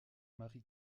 mary